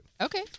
Okay